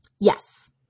Yes